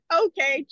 okay